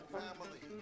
family